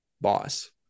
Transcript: boss